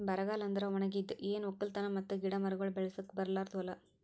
ಬರಗಾಲ ಅಂದುರ್ ಒಣಗಿದ್, ಏನು ಒಕ್ಕಲತನ ಮತ್ತ ಗಿಡ ಮರಗೊಳ್ ಬೆಳಸುಕ್ ಬರಲಾರ್ದು ಹೂಲಾ